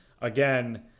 again